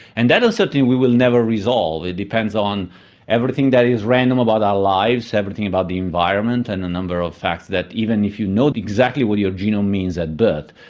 and that uncertainty we will never resolve. it depends on everything that is random about our lives, everything about the environment, and a number of facts that even if you know exactly what your genome means at birth,